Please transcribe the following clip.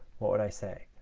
what would i say?